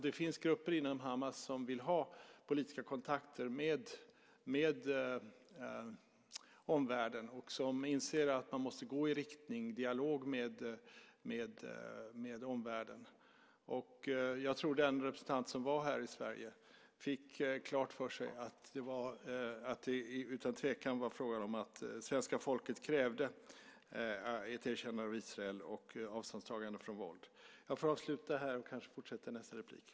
Det finns grupper inom Hamas som vill ha politiska kontakter med omvärlden och som inser att man måste gå i riktningen dialog med omvärlden. Jag tror att den representant som var här i Sverige fick klart för sig att det utan tvekan var fråga om att svenska folket krävde ett erkännande av Israel och avståndstagande från våld. Jag får avsluta här och kanske fortsätta i nästa inlägg.